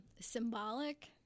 symbolic